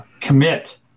commit